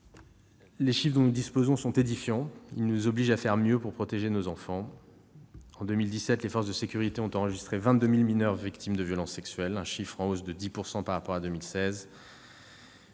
Les chiffres dont nous disposons, je l'ai dit, sont édifiants et nous obligent à faire mieux pour protéger nos enfants. En 2017, les forces de sécurité ont enregistré 22 000 mineurs victimes de violences sexuelles, soit un nombre en hausse de 10 % par rapport à